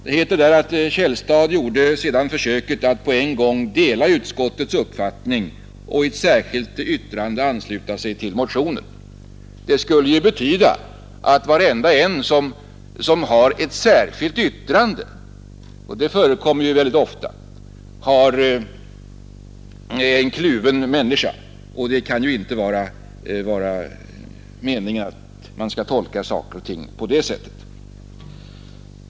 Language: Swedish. Det heter i artikeln att ”Källstad gjorde försöket att på en gång dela utskottets uppfattning och i ett särskilt yttrande ansluta sig till motionen”. Det skulle ju betyda att varenda en som har ett särskilt yttrande — och det förekommer väldigt ofta — är en kluven människa. Det kan inte vara meningen att man skall tolka de särskilda yttrandena på det sättet.